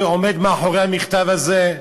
מי עומד מאחורי המכתב הזה,